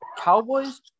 Cowboys